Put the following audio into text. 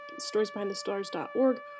storiesbehindthestars.org